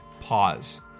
Pause